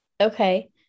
Okay